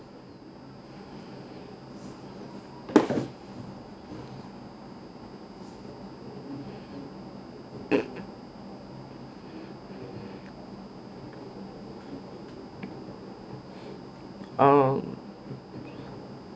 um